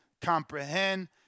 comprehend